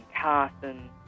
Carson